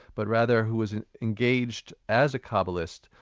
but rather who was engaged as a kabbalist,